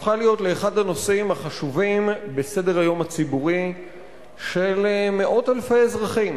הפכה להיות אחד הנושאים החשובים בסדר-היום הציבורי של מאות אלפי אזרחים.